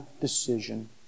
decision